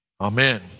amen